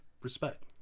respect